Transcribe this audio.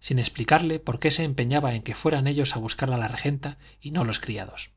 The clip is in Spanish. sin explicarse por qué se empeñaba en que fueran ellos a buscar a la regenta y no los criados